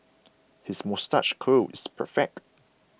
his moustache curl is perfect